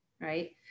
right